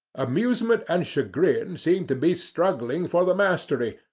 amusement and chagrin and seemed to be struggling for the mastery,